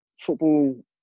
football